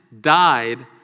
died